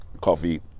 coffee